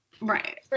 Right